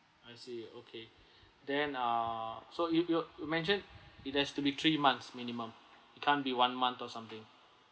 I see okay then ah so you you you mentioned it has to be three months minimum it can't be one month or something